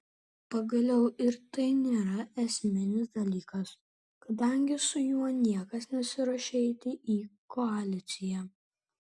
pagaliau ir tai nėra esminis dalykas kadangi su juo niekas nesiruošia eiti į koaliciją